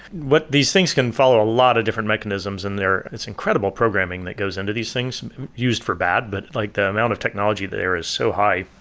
these things can follow a lot of different mechanisms in there. it's incredible programming that goes into these things used for bad, but like the amount of technology there is so high.